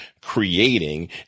creating